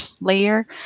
layer